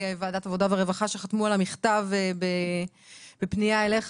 ועדת העבודה והרווחה שחתמו על המכתב בפנייה אליך,